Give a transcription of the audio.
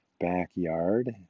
backyard